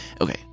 Okay